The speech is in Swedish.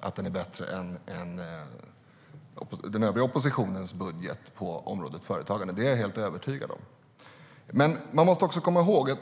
är bättre än den övriga oppositionens budget på området företagande. Det är jag helt övertygad om.